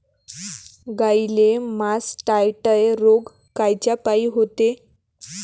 गाईले मासटायटय रोग कायच्यापाई होते?